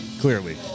Clearly